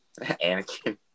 Anakin